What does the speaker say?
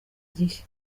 gihe